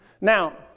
Now